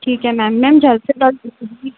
ठीक है ma'am ma'am जल्द से जल्द बिजली